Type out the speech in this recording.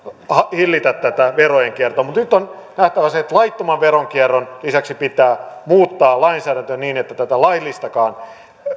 hillitä tätä verojenkiertoa mutta nyt on nähtävä se että laittoman veronkierron lisäksi pitää muuttaa lainsäädäntöä niin että tätä laillistakaan